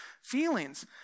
feelings